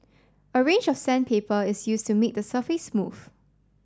a range of sandpaper is used to make the surface smooth